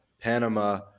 Panama